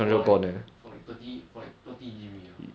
for like for like thirty for like thirty G_B ah